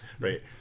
right